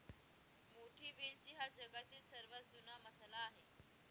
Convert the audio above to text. मोठी वेलची हा जगातील सर्वात जुना मसाला आहे